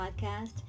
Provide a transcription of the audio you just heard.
podcast